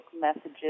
messages –